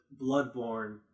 Bloodborne